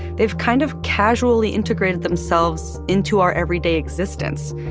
they've kind of casually integrated themselves into our everyday existence.